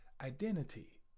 identity